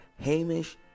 Hamish